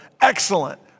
excellent